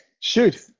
shoot